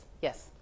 yes